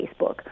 Facebook